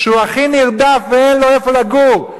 שהוא הכי נרדף ואין לו איפה לגור,